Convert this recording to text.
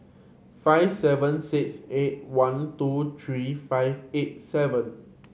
five seven six eight one two three five eight seven